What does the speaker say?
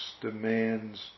demands